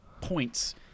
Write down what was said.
points